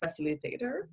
facilitator